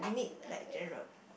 like general